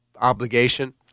obligation